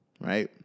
right